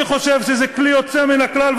אני חושב שזה כלי יוצא מן הכלל,